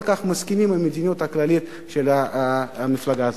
כך מסכימים עם המדיניות הכללית של המפלגה הזאת.